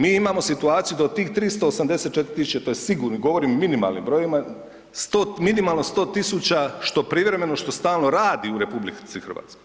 Mi imamo situaciju da od tih 384 000, to je sigurni, govorim o minimalnim brojevima, minimalno 100 000 što privremeno, što stalno radi u RH.